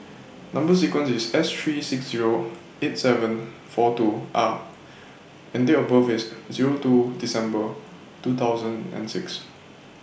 Number sequence IS S three six Zero eight seven four two R and Date of birth IS Zero two December two thousand and six